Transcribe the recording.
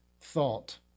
thought